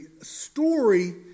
story